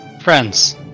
friends